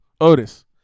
Otis